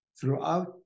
Throughout